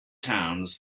towns